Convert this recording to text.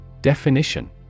Definition